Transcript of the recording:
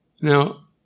Now